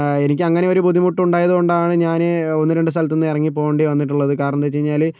എനിക്കങ്ങനെ ഒരു ബുദ്ധിമുട്ട് ഉണ്ടായതുകൊണ്ടാണ് ഞാൻ ഒന്ന് രണ്ട് സ്ഥലത്തു നിന്ന് ഇറങ്ങിപ്പോകേണ്ടി വന്നിട്ടുള്ളത് കാരമെന്താണെന്ന് വെച്ചുകഴിഞ്ഞാൽ